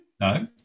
No